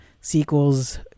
sequels